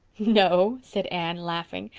no, said anne, laughing,